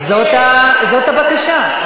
זאת הבקשה.